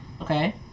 okay